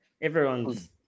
everyone's